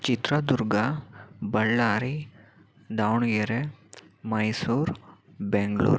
Chitradurga Ballari Davanagere Mysuru Bengaluru